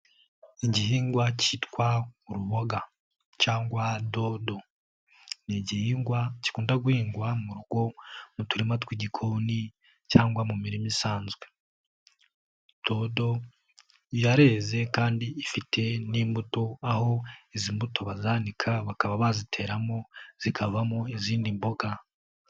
Igihingwa cyitwa uruboga cyangwa dodo ni igihingwa gikunda guhingwa mu rugo mu turima tw'igikoni cyangwa mu mirima isanzwe. Dodo yareze kandi ifite n'imbuto aho izi mbuto bazanika bakaba baziteramo zikavamo izindi mboga.